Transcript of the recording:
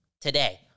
today